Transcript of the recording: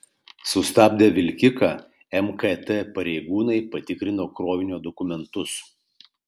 sustabdę vilkiką mkt pareigūnai patikrino krovinio dokumentus